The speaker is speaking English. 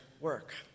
work